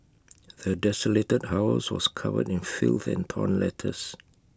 the desolated house was covered in filth and torn letters